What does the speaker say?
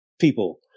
people